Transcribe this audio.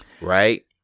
Right